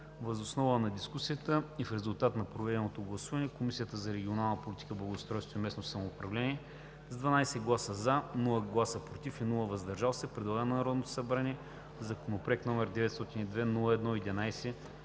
Въз основа на дискусията и в резултат на проведеното гласуване Комисията по регионална политика, благоустройство и местно самоуправление с 12 гласа „за“, без гласове „против“ и „въздържал се“, предлага на Народното събрание Законопроект